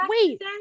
wait